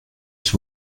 ich